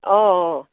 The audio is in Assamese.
অঁ অঁ